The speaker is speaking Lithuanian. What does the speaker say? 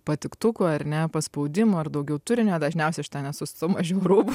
patiktukų ar ne paspaudimų ar daugiau turinio dažniausiai aš ten esu su mažiau rūbų